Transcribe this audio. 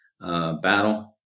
battle